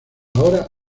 ahora